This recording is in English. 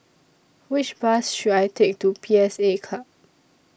Which Bus should I Take to P S A Club